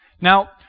Now